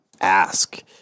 ask